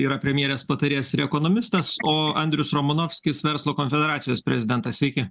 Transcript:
yra premjerės patarėjas ir ekonomistas o andrius romanovskis verslo konfederacijos prezidentassveiki